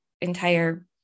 entire